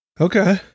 Okay